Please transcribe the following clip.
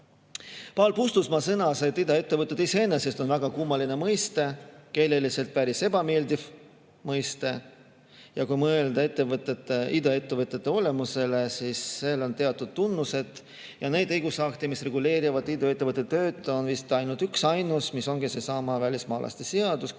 Paul Puustusmaa sõnas, et "iduettevõtted" iseenesest on väga kummaline mõiste, keeleliselt päris ebameeldiv mõiste, ja kui mõelda iduettevõtete olemusele, siis neil on teatud tunnused, ja neid õigusakte, mis reguleerivad iduettevõtete tööd, on vist ainult üksainus, mis ongi seesama välismaalaste seadus, kus